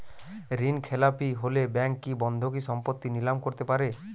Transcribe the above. ঋণখেলাপি হলে ব্যাঙ্ক কি বন্ধকি সম্পত্তি নিলাম করতে পারে?